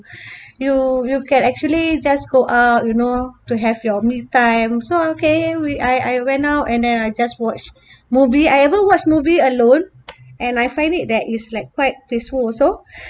you you can actually just go out you know to have your me time so okay we I I went out and then I just watch movie I ever watch movie alone and I find it that it's like quite peaceful also